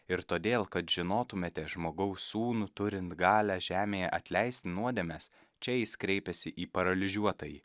ir todėl kad žinotumėte žmogaus sūnų turint galią žemėje atleisti nuodėmes čia jis kreipėsi į paralyžiuotąjį